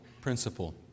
principle